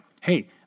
hey